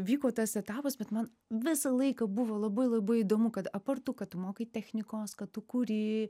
vyko tas etapas bet man visą laiką buvo labai labai įdomu kad apart to kad tu mokai technikos kad tu kūri